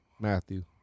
Matthew